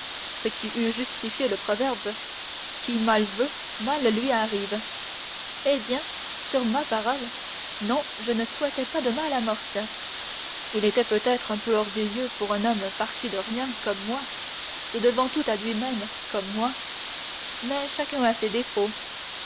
ce qui eût justifié le proverbe qui mal veut mal lui arrive eh bien sur ma parole non je ne souhaitais pas de mal à morcerf il était peut-être un peu orgueilleux pour un homme parti de rien comme moi se devant tout à lui-même comme moi mais chacun a ses défauts